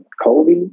Kobe